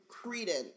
Credence